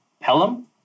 Pelham